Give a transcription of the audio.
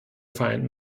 vereinten